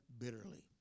bitterly